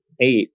eight